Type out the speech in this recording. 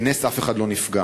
בנס אף אחד לא נפגע.